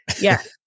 yes